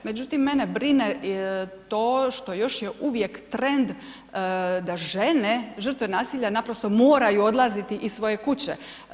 Međutim, mene brine to što još je uvijek trend da žene žrtve nasilja naprosto moraju odlaziti iz svoje kuće.